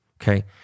Okay